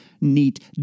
Neat